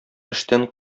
эштән